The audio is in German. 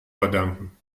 verdanken